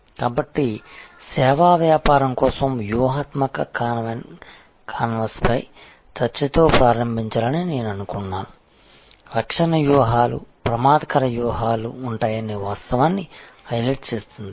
కాబట్టి సేవా వ్యాపారం కోసం వ్యూహాత్మక కాన్వాస్పై చర్చతో ప్రారంభించాలని నేను అనుకున్నాను రక్షణ వ్యూహాలు ప్రమాదకర వ్యూహాలు ఉంటాయనే వాస్తవాన్ని హైలైట్ చేస్తుంది